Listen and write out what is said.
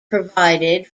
provided